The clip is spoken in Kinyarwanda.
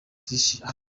tricia